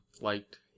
liked